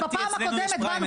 שבפעם הקודמת באנו,